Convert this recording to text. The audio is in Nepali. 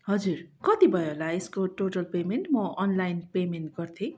हजुर कति भयो होला यसको टोटल पेमेन्ट म अनलाइन पेमेन्ट गर्थेँ